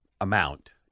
amount